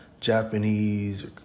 Japanese